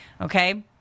Okay